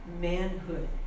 manhood